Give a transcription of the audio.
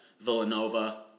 Villanova